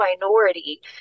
minority